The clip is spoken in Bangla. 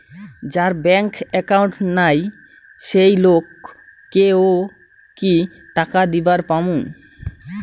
যার ব্যাংক একাউন্ট নাই সেই লোক কে ও কি টাকা দিবার পামু?